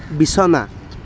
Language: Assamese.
বিছনা